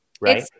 Right